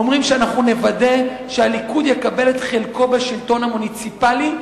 אומרים: אנחנו נוודא שהליכוד יקבל את חלקו בשלטון המוניציפלי,